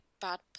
bad